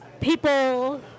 people